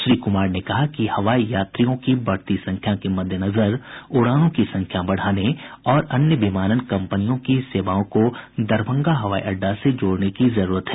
श्री कुमार ने कहा कि हवाई यात्रियों की बढ़ती संख्या के मद्देनजर उड़ानों की संख्या बढ़ाने और अन्य विमानन कंपनियों की सेवाओं को दरभंगा हवाई अड्डा से जोड़ने की जरूरत है